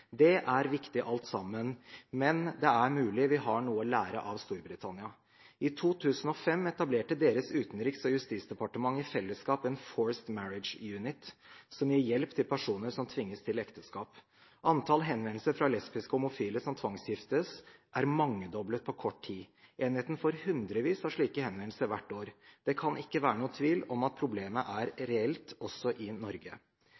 Det er viktig alt sammen, men det er mulig vi har noe å lære av Storbritannia. I 2005 etablerte deres utenriks- og innenriksdepartement i fellesskap en «Forced Marriage Unit» som gir hjelp til personer som tvinges til ekteskap. Antall henvendelser fra lesbiske og homofile som tvangsgiftes, er mangedoblet på kort tid. Enheten får hundrevis av slike henvendelser hvert år. Det kan ikke være noen tvil om at problemet er reelt også i Norge.